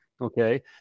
okay